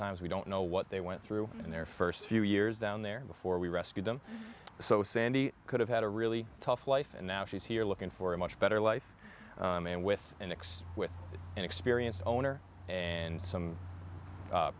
times we don't know what they went through in their first few years down there before we rescued them so sandy could have had a really tough life and now she's here looking for a much better life and with an ex with an experienced owner and some